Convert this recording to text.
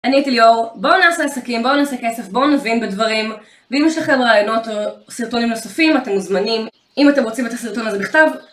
אני איטל יואו, בואו נעשה עסקים, בואו נעשה כסף, בואו נבין בדברים ואם יש לכם רעיונות או סרטונים נוספים, אתם מוזמנים אם אתם רוצים את הסרטון הזה בכתב